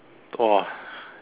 !wah!